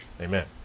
Amen